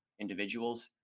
individuals